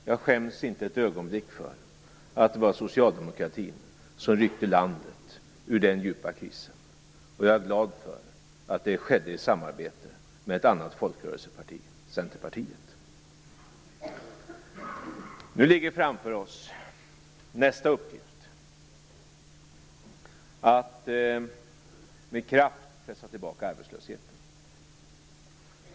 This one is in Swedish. Jag skäms inte ett ögonblick för att det var socialdemokratin som ryckte landet ur den djupa krisen, och jag är glad över att det skedde i samarbete med att annat folkrörelseparti, Framför oss ligger nu nästa uppgift, att med kraft pressa tillbaka arbetslösheten.